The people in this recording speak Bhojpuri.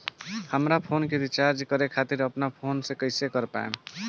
हमार फोन के रीचार्ज करे खातिर अपने फोन से कैसे कर पाएम?